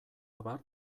abar